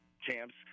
champs